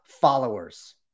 followers